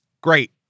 great